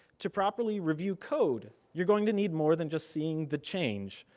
to properly review code, you're going to need more than just seeing the change.